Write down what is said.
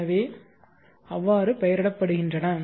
எனவேஅவ்வாறு பெயரிடப்படுகின்றன